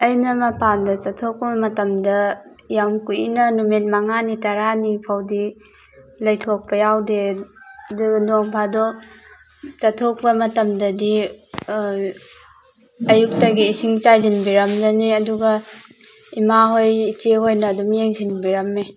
ꯑꯩꯅ ꯃꯄꯥꯟꯗ ꯆꯠꯊꯣꯛꯄ ꯃꯇꯝꯗ ꯌꯥꯝ ꯀꯨꯏꯅ ꯅꯨꯃꯤꯠ ꯃꯉꯥꯅꯤ ꯇꯔꯥꯅꯤ ꯐꯥꯎꯗꯤ ꯂꯩꯊꯣꯛꯄ ꯌꯥꯎꯗꯦ ꯑꯗꯨꯒ ꯅꯣꯡ ꯐꯥꯗꯣꯛ ꯆꯠꯊꯣꯛꯄ ꯃꯇꯝꯗꯗꯤ ꯑꯌꯨꯛꯇꯒꯤ ꯏꯁꯤꯡ ꯆꯥꯏꯁꯤꯟ ꯕꯤꯔꯝꯂꯅꯤ ꯑꯗꯨꯒ ꯏꯃꯥꯍꯣꯏ ꯏꯆꯦꯍꯣꯏꯅ ꯑꯗꯨꯝ ꯌꯦꯡꯁꯤꯟꯕꯤꯔꯝꯃꯦ